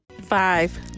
Five